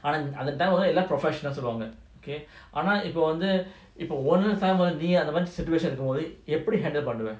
ஆனாஅதுதான்எல்லாம்:ana adhuthan ellam professional nu சொல்வாங்க:solven okay ஆனாஇப்பவந்துஇப்பஅந்தமாதிரி:ana ippa vandhu ipa andha madhiri situation இருக்கும்போதுஎப்படி:irukumpothu eppadi handle பண்ணுவ:pannuva